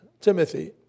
Timothy